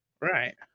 Right